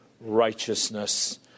righteousness